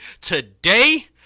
today